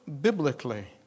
biblically